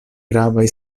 gravaj